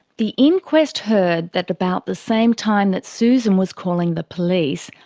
the inquest heard that about the same time that susan was calling the police,